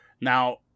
Now